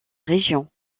région